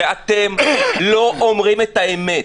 היא שאתם לא אומרים את האמת.